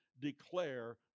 declare